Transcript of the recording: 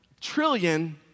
trillion